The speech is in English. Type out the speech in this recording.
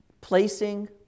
placing